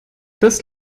das